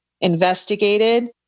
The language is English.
investigated